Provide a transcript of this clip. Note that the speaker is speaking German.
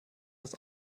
das